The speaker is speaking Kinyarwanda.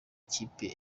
kipe